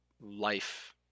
life